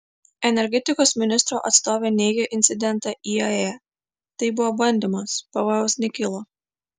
energetikos ministro atstovė neigia incidentą iae tai buvo bandymas pavojaus nekilo